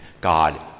God